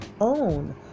own